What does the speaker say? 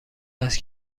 است